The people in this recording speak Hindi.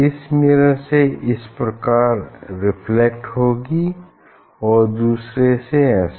इस मिरर से इस प्रकार रिफ्लेक्ट होगी और दूसरे से ऐसे